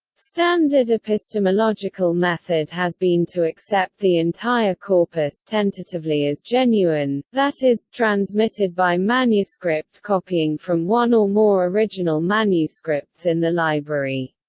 standard epistemological method has been to accept the entire corpus tentatively as genuine that is, transmitted by manuscript copying from one or more original manuscripts in the library.